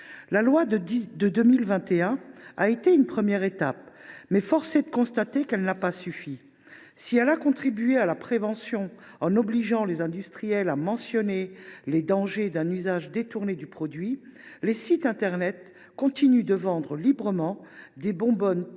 La loi de 2021 a été une première étape, mais force est de constater qu’elle n’a pas suffi. Si elle a contribué à la prévention en obligeant les industriels à mentionner les dangers d’un usage détourné du produit, des sites internet continuent de vendre librement des bonbonnes toujours